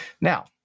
Now